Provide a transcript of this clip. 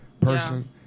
person